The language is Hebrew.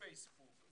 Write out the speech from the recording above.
פייסבוק,